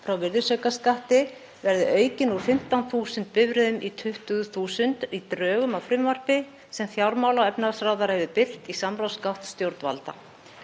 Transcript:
frá virðisaukaskatti verði aukinn úr 15.000 bifreiðum í 20.000 í drögum að frumvarpi sem fjármála- og efnahagsráðherra hefur birt í samráðsgátt stjórnvalda.